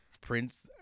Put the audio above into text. Prince